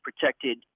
protected